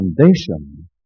foundation